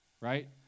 right